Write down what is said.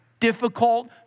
difficult